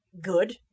good